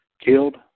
killed